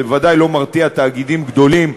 זה בוודאי לא מרתיע תאגידים גדולים,